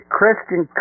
Christian